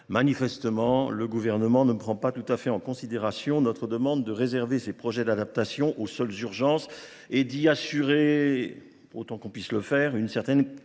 Manifestement, le Gouvernement ne prend pas tout à fait en considération notre demande de réserver ces projets d’adaptation aux seules urgences et d’y garantir, autant que cela soit possible, une certaine